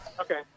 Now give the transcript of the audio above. Okay